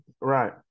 right